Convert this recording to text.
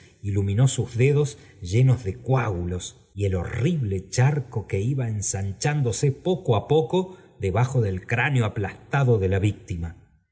iluminó sus dedos llenos de coágulos y el horrible charco que iba ensanchándose poco á poco debajo del cráneo aplastado de la víctima